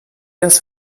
das